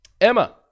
Emma